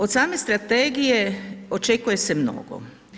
Od same strategije očekuje se mnogo.